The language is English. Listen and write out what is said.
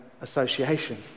association